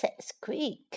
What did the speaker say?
Squeak